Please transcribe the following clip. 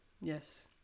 Yes